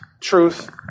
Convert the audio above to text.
truth